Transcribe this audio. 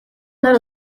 нар